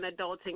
adulting